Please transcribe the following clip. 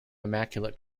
immaculate